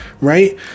right